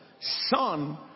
son